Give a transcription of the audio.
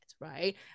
right